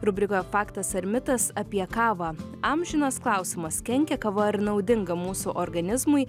rubrikoje faktas ar mitas apie kavą amžinas klausimas kenkia kava ar naudinga mūsų organizmui